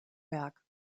berg